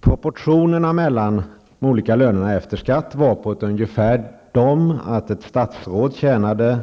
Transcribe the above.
Proportionerna mellan de olika lönerna efter skatt var att ett statsråd tjänade